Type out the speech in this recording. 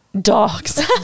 Dogs